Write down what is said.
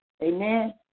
Amen